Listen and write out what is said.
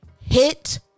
hit